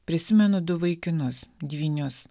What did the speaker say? prisimenu du vaikinus dvynius